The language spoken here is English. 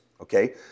okay